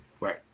Right